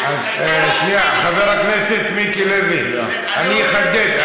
חבר הכנסת מיקי לוי, אני אחדד.